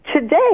today